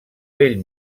bell